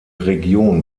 region